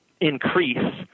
increase